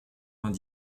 vingt